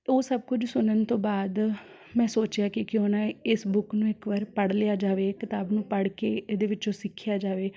ਉਹ ਸਭ ਕੁਝ ਸੁਣਨ ਤੋਂ ਬਾਅਦ ਮੈਂ ਸੋਚਿਆ ਕਿ ਕਿਉਂ ਨਾ ਇਸ ਬੁੱਕ ਨੂੰ ਇੱਕ ਵਾਰ ਪੜ੍ਹ ਲਿਆ ਜਾਵੇ ਕਿਤਾਬ ਨੂੰ ਪੜ੍ਹ ਕੇ ਇਹਦੇ ਵਿੱਚੋਂ ਸਿੱਖਿਆ ਜਾਵੇ